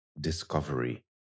discovery